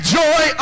joy